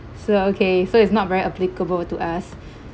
so okay so it's not very applicable to us